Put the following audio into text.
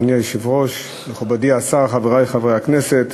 אדוני היושב-ראש, מכובדי השר, חברי חברי הכנסת,